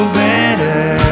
better